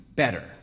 better